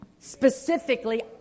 specifically